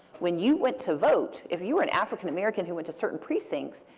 when you went to vote, if you were an african-american who went to certain precincts,